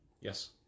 Yes